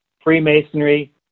Freemasonry